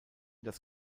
das